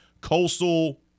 Coastal